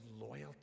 loyalty